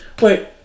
Wait